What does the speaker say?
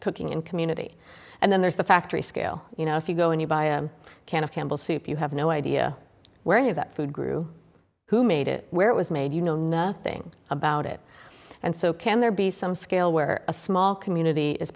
cooking in community and then there's the factory scale you know if you go and you buy a can of campbell's soup you have no idea where any of that food grew who made it where it was made you know nothing about it and so can there be some scale where a small community is